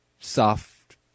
soft